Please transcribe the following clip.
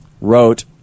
wrote